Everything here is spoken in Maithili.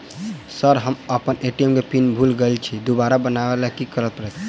सर हम अप्पन ए.टी.एम केँ पिन भूल गेल छी दोबारा बनाबै लेल की करऽ परतै?